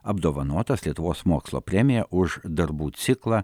apdovanotas lietuvos mokslo premija už darbų ciklą